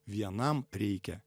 vienam reikia